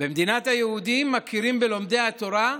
במדינת היהודים מכירים בלומדי התורה,